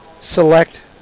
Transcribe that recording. select